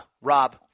Rob